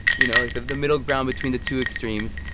you know, like, the the middle ground between the two extremes.